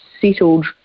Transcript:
settled